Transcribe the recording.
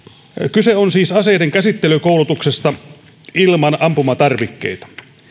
kyse on siis aseidenkäsittelykoulutuksesta ilman ampumatarvikkeita